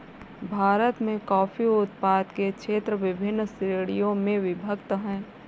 भारत में कॉफी उत्पादन के क्षेत्र विभिन्न श्रेणियों में विभक्त हैं